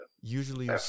Usually